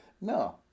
No